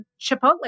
Chipotle